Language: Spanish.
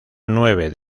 nueve